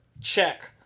check